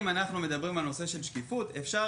אם אנחנו מדברים על נושא השקיפות אפשר